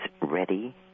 ready